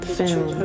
film